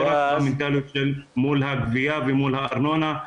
לא רק במנטליות מול הגבייה ומול הארנונה,